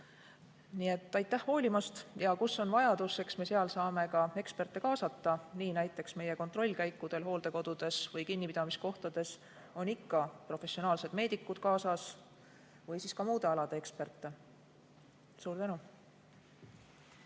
Nii et aitäh hoolimast! Ja kus on vajadus, eks me seal saame ka eksperte kaasata. Nii näiteks meie kontrollkäikudel hooldekodudes või kinnipidamiskohtades on ikka professionaalsed meedikud kaasas või ka muude alade eksperte. Suur tänu!